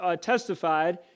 testified